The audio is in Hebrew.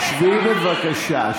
שבי, בבקשה.